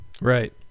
right